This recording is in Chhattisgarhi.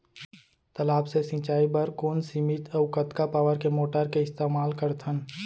तालाब से सिंचाई बर कोन सीमित अऊ कतका पावर के मोटर के इस्तेमाल करथन?